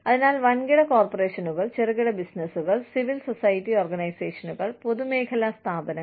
അതിനാൽ വൻകിട കോർപ്പറേഷനുകൾ ചെറുകിട ബിസിനസുകൾ സിവിൽ സൊസൈറ്റി ഓർഗനൈസേഷനുകൾ പൊതുമേഖലാ സ്ഥാപനങ്ങൾ